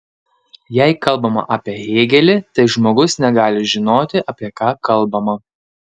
jei kalbama apie hėgelį tai žmogus negali žinoti apie ką kalbama